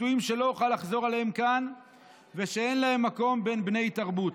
ביטויים שלא אוכל לחזור עליהם כאן ושאין להם מקום בין בני תרבות.